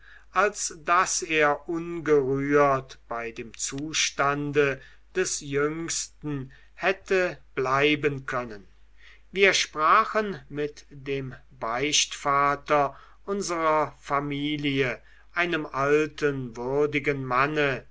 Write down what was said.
als daß er ungerührt bei dem zustande des jüngsten hätte bleiben können wir sprachen mit dem beichtvater unserer familie einem alten würdigen manne